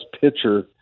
pitcher